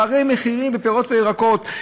פערי מחירים בפירות וירקות,